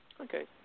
Okay